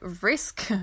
risk